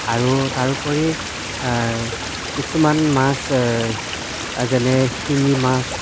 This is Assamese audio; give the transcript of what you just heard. আৰু তাৰোপৰি কিছুমান মাছ যেনে শিঙি মাছ